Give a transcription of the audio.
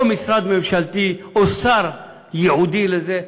או משרד ממשלתי, או שר ייעודי לזה.